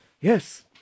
Yes